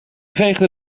veegde